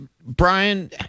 Brian